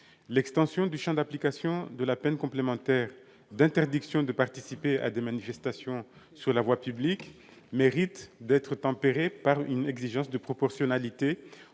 L'extension du champ d'application de la peine complémentaire d'interdiction de participer à des manifestations sur la voie publique mérite d'être tempérée par une exigence de proportionnalité,